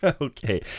Okay